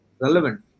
relevant